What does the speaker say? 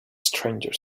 stranger